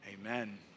Amen